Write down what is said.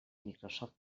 microsoft